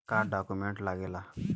का डॉक्यूमेंट लागेला?